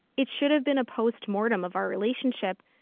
it should have been a post-mortem of our relationship,